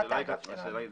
נועה, השאלה הייתה,